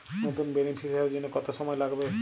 নতুন বেনিফিসিয়ারি জন্য কত সময় লাগবে?